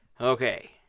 okay